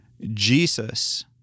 Jesus